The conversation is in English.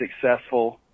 successful